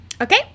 Okay